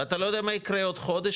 ואתה לא יודע מה יקרה עוד חודש,